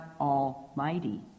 Almighty